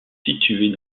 situées